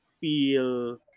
feel